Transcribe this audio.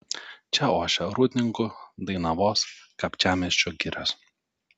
čia ošia rūdninkų dainavos kapčiamiesčio girios